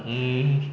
mm